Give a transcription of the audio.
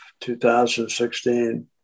2016